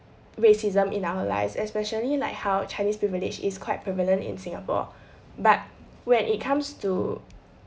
racism in our lives especially like how chinese privilege is quite prevalent in singapore but when it comes to